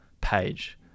page